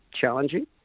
challenging